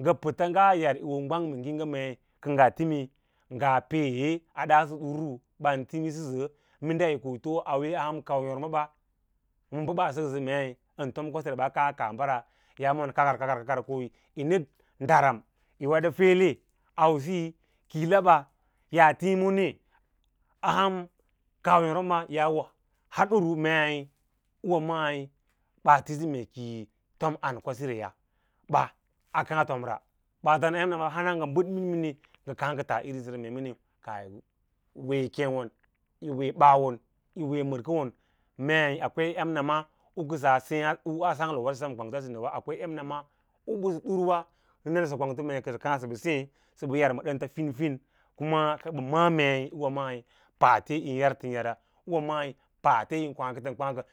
ngə pəts ngaa yar yi wo gwang ma ngiĩga mei kə ngaa timí nga peeye a daaso ɗuru mínɗa yi too auwe a ham kau yôrmaɓa men bə ɓaa sə ksə mei kaa tom kwatanci maa han ka kahng bara pee yi nəd daram yi weɗe feele ꞌisis ausiyi yi laba ɓaa tiĩ monee a ham kauyôrma ɓa yaa wo har ɗuru mee ɓaa tisə an kwasiraya bəba akaã tomra ɓaats emnaba hana ngə bəd minimini ngə kad tas irín siyi ra mee kaah yi wee keẽyôn, yí wee bawon, yi wee mədkon meí akwai emnama u kəsas seẽ sang towa sə sem ma kwangtora akwai em nama u bəsə ɗurwa nə nasə kwangto mee kəsə kas sə ɓə seẽ sə ɓə yar ma ɗənts fín fín kuma bə maꞌā mei uira mai pnale yín yar tən yara ûwâ maa paale yin kwaã kən kwaa kə.